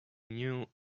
new